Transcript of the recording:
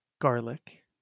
garlic